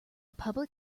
public